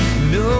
no